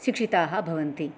शिक्षिताः भवन्ति